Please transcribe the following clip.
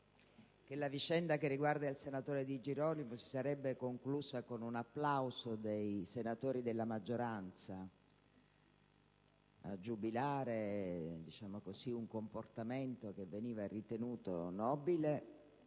la vicenda che riguarda il senatore Di Girolamo si sarebbe conclusa con un applauso dei senatori della maggioranza, a giubilare un comportamento che veniva ritenuto nobile